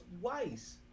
twice